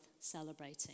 celebrating